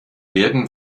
werden